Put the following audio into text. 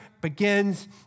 begins